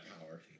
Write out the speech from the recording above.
power